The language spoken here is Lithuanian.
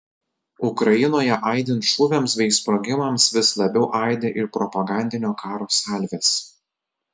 ukrainoje aidint šūviams bei sprogimams vis labiau aidi ir propagandinio karo salvės